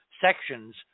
sections